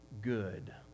good